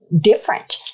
different